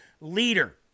leader